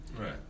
Right